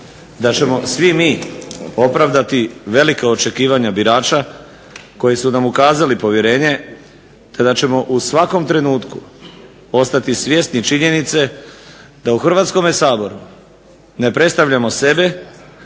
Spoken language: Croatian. da ćemo svi mi opravdati velika očekivanja birača koji su nam ukazali povjerenje te da ćemo u svakom trenutku ostati svjesni činjenice da u Hrvatskome saboru ne predstavljamo sebe